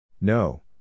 No